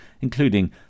including